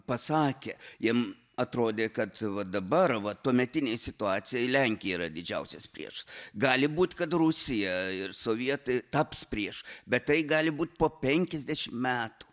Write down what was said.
pasakę jiem atrodė kad va dabar va tuometinei situacijai lenkija yra didžiausias priešas gali būti kad rusija ir sovietai taps priešu bet tai gali būti po penkiasdešimt metų